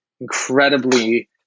incredibly